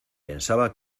pensaba